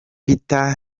peter